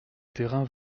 terrain